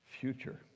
future